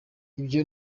ibyo